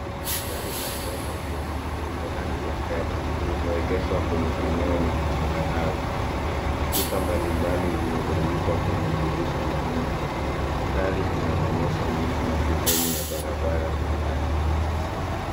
Gari la Toyota HiAce lenye rangi ya fedha, limeegeshwa kwenye eneo lenye changarawe. Stika mbalimbali zimebandikwa kwenye dirisha la nyuma. Mandhari inaonyesha miti na sehemu ya barabara kwa mbali.